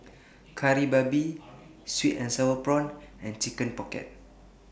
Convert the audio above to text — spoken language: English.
Kari Babi Sweet and Sour Prawns and Chicken Pocket